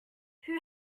who